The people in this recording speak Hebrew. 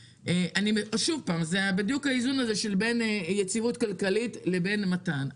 זה האיזון בין יציבות כלכלית לבין מתן.